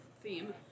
theme